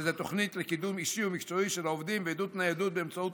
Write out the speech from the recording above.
שזאת תוכנית לקידום אישי ומקצועי של העובדים ועידוד ניידות באמצעות